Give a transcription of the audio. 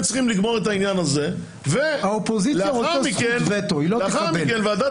הם צריכים לגמור את העניין הזה ולאחר מכן ועדת